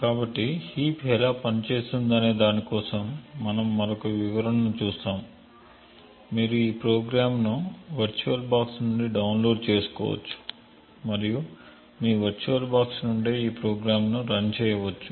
కాబట్టి హీప్ ఎలా పనిచేస్తుందనే దాని కోసం మనం మరొక వివరణను చూస్తాము మీరు ఈ ప్రోగ్రామ్ ను మీ వర్చువల్బాక్స్ నుండి డౌన్లోడ్ చేసుకోవచ్చు మరియు మీ వర్చువల్బాక్స్ నుండే ఈ ప్రోగ్రామ్ను రన్ చేయవచ్చు